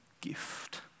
gift